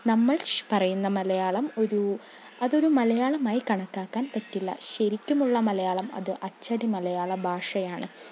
നമ്മൾ പറയുന്ന മലയാളം ഒരു അതൊരു മലയാളമായി കണക്കാക്കാൻ പറ്റില്ല ശരിക്കുമുള്ള മലയാളം അത് അച്ചടി മലയാള ഭാഷയാണ്